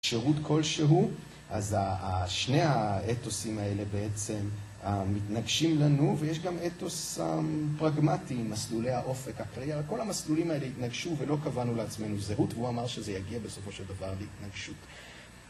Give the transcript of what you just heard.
שירות כלשהו, אז שני האתוסים האלה בעצם מתנגשים לנו ויש גם אתוס פרגמטי עם מסלולי האופק אחראי. כל המסלולים האלה התנגשו ולא קבענו לעצמנו זהות והוא אמר שזה יגיע בסופו של דבר להתנגשות.